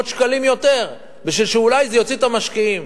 שקלים יותר בשביל שאולי זה יוציא את המשקיעים.